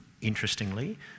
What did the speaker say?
interestingly